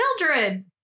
Mildred